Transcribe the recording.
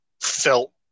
felt